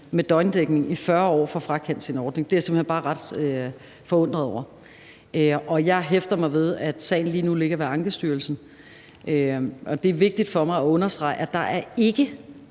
med døgndækning i 40 år, får frakendt sin ordning. Det er jeg simpelt hen bare ret forundret over. Jeg hæfter mig ved, at sagen lige nu ligger ved Ankestyrelsen, og det er vigtigt for mig at understrege, at der ikke